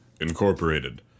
Incorporated